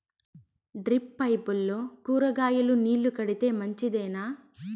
Drip పైపుల్లో కూరగాయలు నీళ్లు కడితే మంచిదేనా?